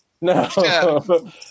No